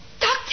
Doctor